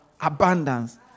Abundance